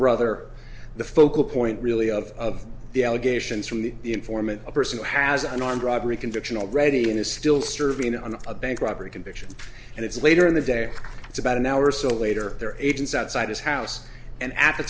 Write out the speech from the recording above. brother the focal point really of the allegations from the informant a person who has an armed robbery conviction already and is still serving on a bank robbery conviction and it's later in the day it's about an hour or so later there are agents outside his house and at the